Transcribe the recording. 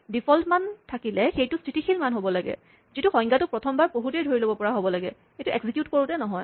default মান থাকিলে সেইটো স্হিতিশীল মান হ'ব লাগে যিটো সংজ্ঞাটো প্ৰথমবাৰ পঢ়োতেই ধৰি ল'ব পৰা হ'ব লাগে এইটো এক্সিকিউট কৰোতে নহয়